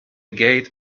gate